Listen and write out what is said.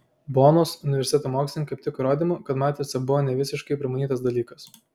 bonos universiteto mokslininkai aptiko įrodymų kad matrica buvo ne visiškai pramanytas dalykas